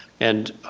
and